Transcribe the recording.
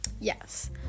yes